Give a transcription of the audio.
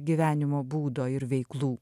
gyvenimo būdo ir veiklų